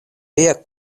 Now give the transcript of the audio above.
via